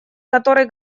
который